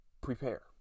Prepare